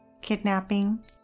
kidnapping